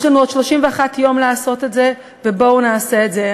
יש לנו עוד 31 יום לעשות את זה, ובואו נעשה את זה.